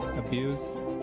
abuse,